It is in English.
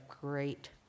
great